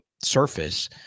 surface